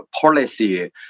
policy